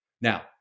Now